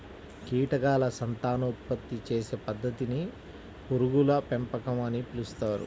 కీటకాల సంతానోత్పత్తి చేసే పద్ధతిని పురుగుల పెంపకం అని పిలుస్తారు